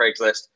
Craigslist